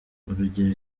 urugero